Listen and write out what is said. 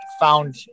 found